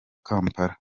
kampala